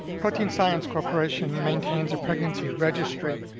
protein science corporation maintains a pregnancy registry